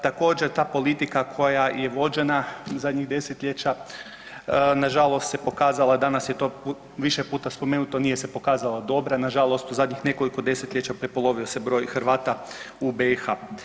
Također ta politika koja je vođena zadnjih desetljeća nažalost se pokazala, danas je to više puta spomenuta, nije se pokazala dobra, nažalost u zadnjih nekoliko desetljeća prepolovio se broj Hrvata u BiH.